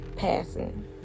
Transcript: Passing